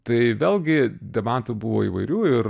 tai vėlgi debatų buvo įvairių ir